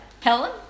Helen